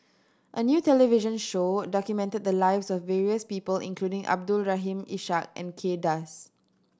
a new television show documented the lives of various people including Abdul Rahim Ishak and Kay Das